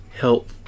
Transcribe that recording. help